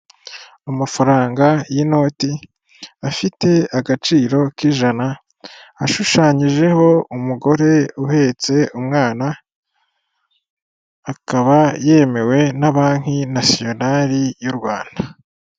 Amafaranga y'inoti afite agaciro k'ijana, ashushanyijeho umugore uhetse umwana, akaba yemewe na banki nasiyonari y'u Rwanda.